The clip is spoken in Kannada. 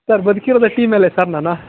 ಸರ್ ಬದುಕಿರೋದೆ ಟೀ ಮೇಲೆ ಸರ್ ನಾನು